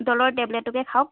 ডলৰ টেবলেটটোকে খাওক